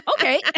okay